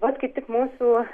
vat kaip tik mūsų